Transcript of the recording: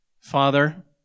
Father